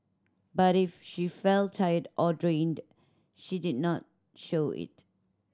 but if she felt tired or drained she did not show it